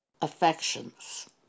affections